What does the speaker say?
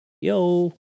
Yo